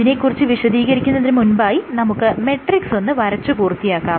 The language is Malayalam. ഇതിനെ കുറിച്ച് വിശദീകരിക്കുന്നതിന് മുൻപായി നമുക്ക് മെട്രിക്സ് ഒന്ന് വരച്ച് പൂർത്തിയാക്കാം